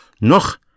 noch